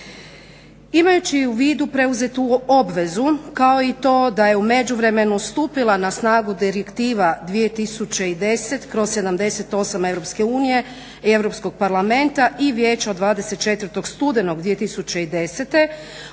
Imajući u vidu preuzetu obvezu kao i to da je u međuvremenu stupila na snagu Direktiva 2010/78 EU i Europskog parlamenta i Vijeća od 23. studenog 2010.